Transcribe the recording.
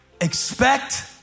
Expect